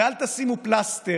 ואל תשימו פלסטר,